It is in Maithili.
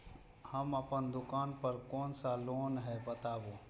हम अपन दुकान पर कोन सा लोन हैं बताबू?